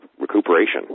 recuperation